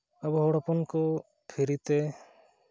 ᱟᱵᱚ ᱦᱚᱲ ᱦᱚᱯᱚᱱ ᱠᱚ ᱯᱷᱨᱤ ᱛᱮ